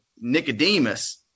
nicodemus